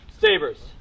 sabers